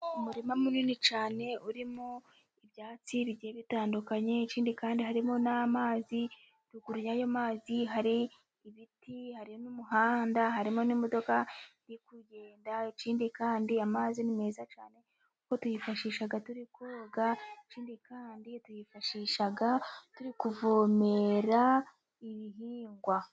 Umurima munini cyane urimo ibyatsi bigiye bitandukanye, ikindi kandi harimo n'amazi ruguru y'ayo mazi hari ibiti hari n'umuhanda, harimo n'imodoka iri kugenda, ikindi kandi amazi ni meza cyane kuko tuyifashisha turi koga, ikindi kandi tuyifashisha turi kuvomera ibihingwa.